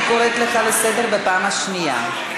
אני קוראת אותך לסדר פעם שנייה.